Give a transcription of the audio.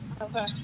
Okay